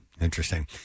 Interesting